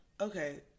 Okay